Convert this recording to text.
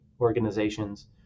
organizations